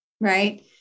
right